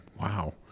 wow